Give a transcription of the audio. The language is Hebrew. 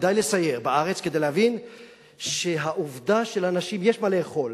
ודי לסייר בארץ כדי להבין שהעובדה שלאנשים יש מה לאכול,